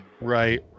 Right